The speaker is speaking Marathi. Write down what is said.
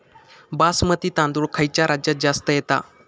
बासमती तांदूळ खयच्या राज्यात जास्त येता?